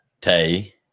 Tay